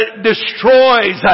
destroys